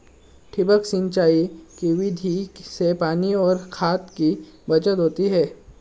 ठिबक सिंचाई की विधि से पानी और खाद की बचत होती है